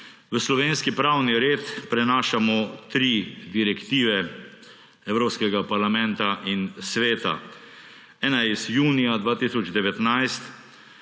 v slovenski pravni red prenašamo tri direktive Evropskega parlamenta in Sveta. Ena je iz junija 2019